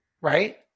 Right